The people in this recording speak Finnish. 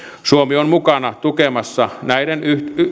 suomi on mukana tukemassa näiden